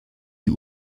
die